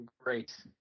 great